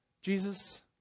Jesus